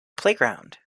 playground